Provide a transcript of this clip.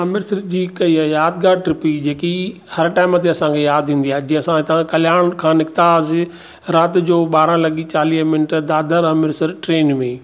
अमृतसर जी हिकु इहा यादिगारु ट्रिप हुई जेकी हर टाइम ते असांखे यादि ईंदी आहे जीअं असां हितां कल्याण खां निकितासीं राति जो ॿारहं लॻी चालीह मिंट दादर अमृतसर ट्रेन में